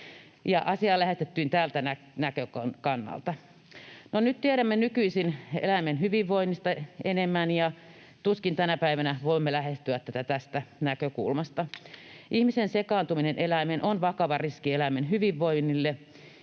asiaa lähestyttiin tältä näkökannalta. Nyt nykyisin tiedämme eläimen hyvinvoinnista enemmän, ja tuskin tänä päivänä voimme lähestyä tätä tästä näkökulmasta. Ihmisen sekaantuminen eläimeen on vakava riski eläimen hyvinvoinnille,